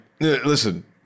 Listen